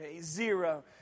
zero